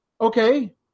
Okay